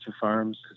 farms